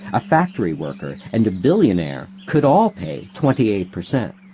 a factory worker, and a billionaire could all pay twenty eight percent.